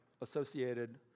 associated